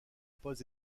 pas